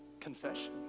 confession